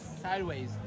sideways